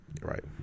Right